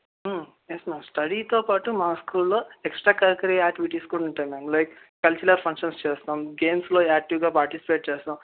yes మా స్టడీతో పాటు మా స్కూల్లో ఎక్స్ట్రా కరిక్యులర్ యాక్టివిటీస్ కూడా ఉంటాయి మ్యామ్ లైక్ కల్చరల్ ఫంక్షన్స్ చేస్తాము గేమ్స్లో యాక్టివ్గా పార్టిసిపేట్ చేస్తాము